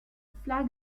flag